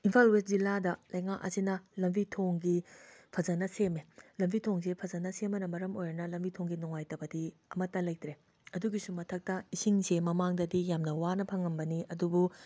Imphal west ꯖꯤꯂꯥꯗ ꯂꯩꯉꯥꯛ ꯑꯁꯤꯅ ꯂꯝꯕꯤ ꯊꯣꯡꯒꯤ ꯐꯖꯅ ꯁꯦꯝꯃꯦ ꯂꯝꯕꯤ ꯊꯣꯡꯁꯦ ꯐꯖꯅ ꯁꯦꯝꯕꯅ ꯃꯔꯝ ꯑꯣꯏꯔꯅ ꯂꯝꯕꯤ ꯊꯣꯡꯒꯤ ꯅꯨꯡꯉꯥꯏꯇꯕꯗꯤ ꯑꯃꯠꯇ ꯂꯩꯇ꯭ꯔꯦ ꯑꯗꯨꯒꯤꯁꯨ ꯃꯊꯛꯇ ꯏꯁꯤꯡꯁꯦ ꯃꯃꯥꯡꯗꯗꯤ ꯌꯥꯝ ꯋꯥꯅ ꯐꯪꯉꯝꯕꯅꯤ ꯑꯗꯨꯕꯨ